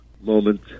moment